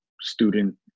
student